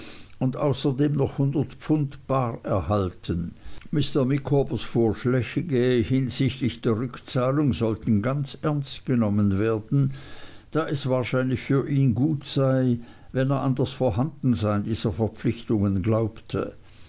und außerdem noch hundert pfund bar erhalten mr micawbers vorschläge hinsichtlich der rückzahlung sollten ganz ernst genommen werden da es wahrscheinlich für ihn gut sei wenn er an das vorhandensein dieser verpflichtungen glaubte